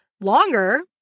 longer